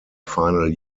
final